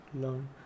learn